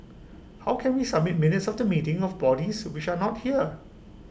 how can we submit minutes of the meeting of bodies which are not here